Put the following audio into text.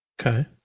Okay